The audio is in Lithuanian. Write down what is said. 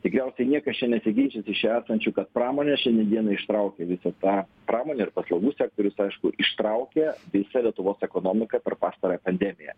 tikriausiai niekas čia nesiginčys iš čia esančių kad pramonė šiandien dienai ištraukė visą tą pramonė ir paslaugų sektorius aišku ištraukė visą lietuvos ekonomiką per pastarąją pandemiją